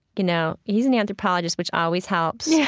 you know. he's an anthropologist, which always helps yeah